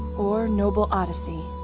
or noble odyssey.